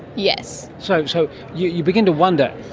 yes. so so you you begin to wonder,